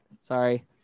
Sorry